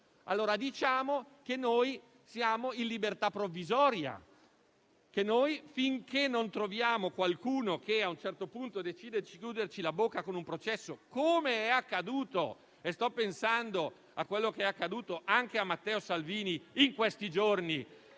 Allora diciamo che noi siamo in libertà provvisoria, finché non troviamo qualcuno che a un certo punto decide di chiuderci la bocca con un processo, com'è accaduto anche a Matteo Salvini in questi giorni,